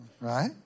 Right